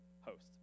host